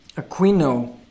Aquino